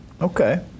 Okay